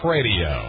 Radio